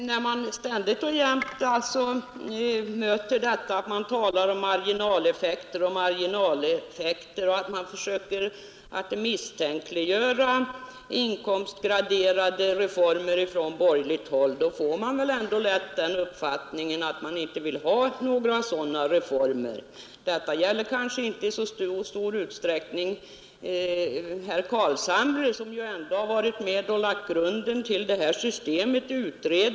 Herr talman! När vi från borgerligt håll ständigt och jämt möter talet om marginaleffekter och försöken att misstänkliggöra inkomstgraderade reformer, då får vi ändå lätt den uppfattningen att man inte vill ha några sådana reformer. Detta gäller kanske inte i så stor utsträckning herr Carlshamre som ju har varit med i utredningen och lagt grunden till ett inkomstprövat system.